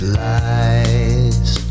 lies